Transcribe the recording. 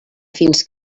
fins